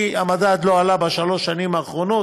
כי המדד לא עלה בשלוש השנים האחרונות,